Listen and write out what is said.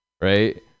right